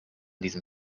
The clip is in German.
diesem